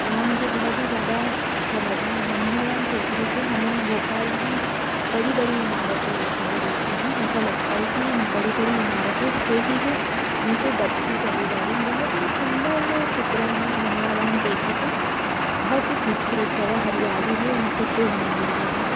जहाँ मुझे बहुत ही ज़्यादा अच्छा लगा मनभावन टेकरी से हमें भोपाल की बड़ी बड़ी इमारतें दिखाई देती हैं ऐसा लगता है कि बड़ी बड़ी इमारतें इस टेकरी के नीचे दब्ती चली जा रही हैं बहुत ही सुंदर चित्रण है मनभावन टेकरी का बहुत ख़ूबसूरत जगह हरियाली है वहाँ पर शिव मंदिर भी है